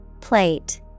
Plate